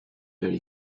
very